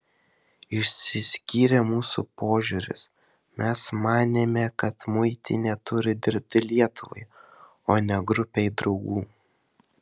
išsiskyrė mūsų požiūris mes manėme kad muitinė turi dirbti lietuvai o ne grupei draugų